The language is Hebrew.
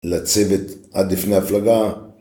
לצוות עד לפני הפלגה